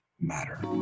Matter